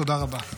תודה רבה.